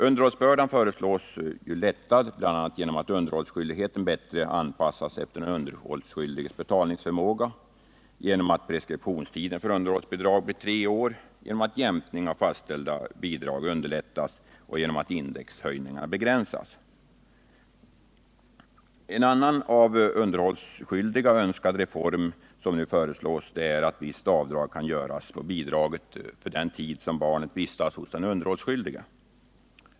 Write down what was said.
Underhållsbördan föreslås lättad bl.a. genom att underhållsskyldigheten bättre anpassas efter den underhållsskyldiges betalningsförmåga, genom att preskriptionstiden för underhållsbidrag blir tre år, genom att jämkning av fastställda underhållsbidrag underlättas och genom att indexhöjningar begränsas. En annan av de underhållsskyldiga önskad reform som nu föreslås är att visst avdrag får göras på bidraget för tid då barnet vistas hos den underhållsskyldige.